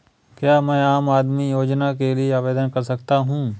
क्या मैं आम आदमी योजना के लिए आवेदन कर सकता हूँ?